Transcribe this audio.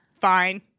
Fine